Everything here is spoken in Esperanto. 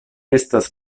estas